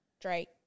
Drake